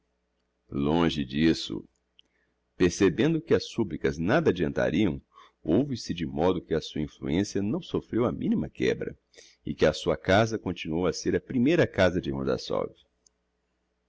longe d'isso percebendo que as supplicas nada adeantariam houve-se de modo que a sua influencia não soffreu a minima quebra e que a sua casa continuou a ser a primeira casa de